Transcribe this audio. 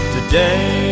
Today